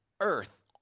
earth